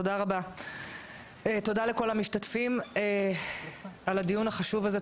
תודה לכל המשתתפים על הדיון החשוב הזה.